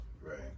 Right